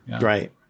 Right